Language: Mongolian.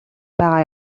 байгаа